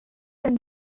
been